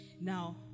Now